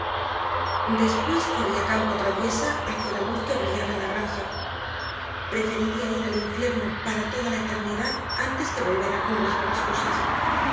después corrí a campo traviesa hacia la luz que brillaba en la granja preferiría ir al infierno para toda la eternidad antes que volver a cumbres